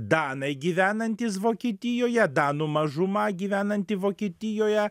danai gyvenantys vokietijoje danų mažuma gyvenanti vokietijoje